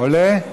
עולה?